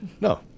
No